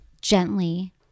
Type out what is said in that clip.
gently